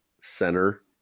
center